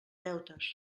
deutes